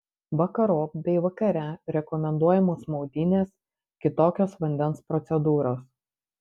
vakarop bei vakare rekomenduojamos maudynės kitokios vandens procedūros